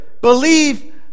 Believe